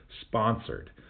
Sponsored